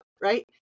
right